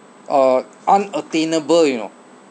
uh unattainable you know